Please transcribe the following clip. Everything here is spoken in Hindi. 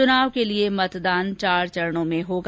चुनाव के लिए मतदान चार चरणों में होगा